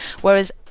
Whereas